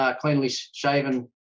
cleanly-shaven